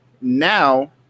Now